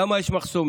למה יש מחסומים?